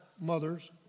mothers